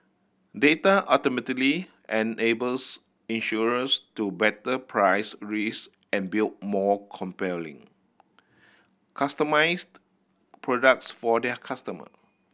data ultimately enables insurers to better price risk and build more compelling customised products for their customer